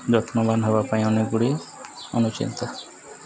ଯତ୍ନବାନ୍ ହେବା ପାଇଁ ଅନେକ ଗୁଡ଼ିଏ ଅନୁଚିନ୍ତା